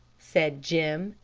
said jim,